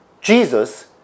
Jesus